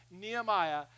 Nehemiah